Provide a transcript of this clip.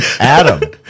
Adam